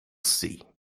see